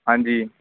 ਹਾਂਜੀ